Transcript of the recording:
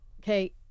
okay